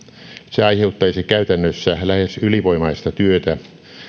se aiheuttaisi käytännössä lähes ylivoimaista työtä